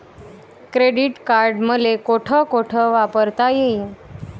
Credit card मले कोठ कोठ वापरता येईन?